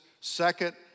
Second